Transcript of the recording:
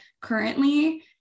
currently